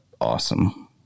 awesome